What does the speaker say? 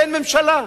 אין ממשלה.